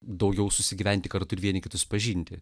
daugiau susigyventi kartu ir vieni kitus pažinti